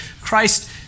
Christ